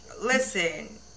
Listen